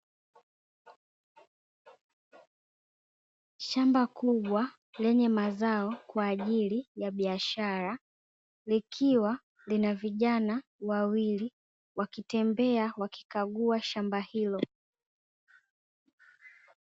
Shamba kubwa lenye mazao kwa ajili ya biashara, likiwa lina vijana wawili wakitembea wakikagua shamba hilo.